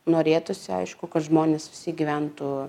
norėtųsi aišku kad žmonės visi gyventų